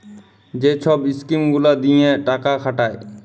যে ছব ইস্কিম গুলা দিঁয়ে টাকা খাটায়